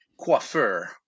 Coiffeur